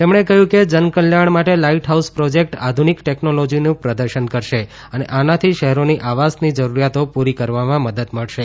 શ્રી મોદીએ કહ્યું કે જનકલ્યાણ માટે લાઈટહાઉસ પ્રોજેક્ટ આધુનિક ટેક્નોલોજીનું પ્રદર્શન કરશે અને આનાથી શહેરોની આવાસની જરૂરિયાતો પુરી કરવામાં મદદ મળશે